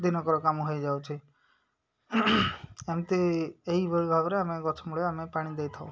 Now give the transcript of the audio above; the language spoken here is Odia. ଦିନକର କାମ ହେଇଯାଉଛି ଏମିତି ଏହିଭଳି ଭାବରେ ଆମେ ଗଛ ମୂଳେ ଆମେ ପାଣି ଦେଇଥାଉ